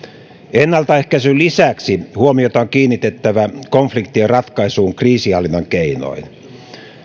ennaltaehkäisyn lisäksi huomiota on kiinnitettävä konfliktien ratkaisuun kriisinhallinnan keinoin